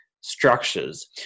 structures